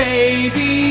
Baby